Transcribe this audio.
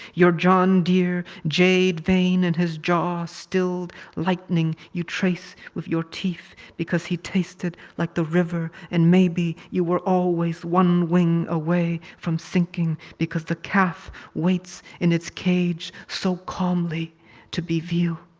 your john deere. jade vein in his jaw stilled lightning you trace with your teeth. because he tasted like the river and maybe you were always one wing away from sinking. because the calf waits in its cage so calmly to be veal.